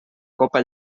copa